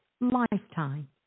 lifetime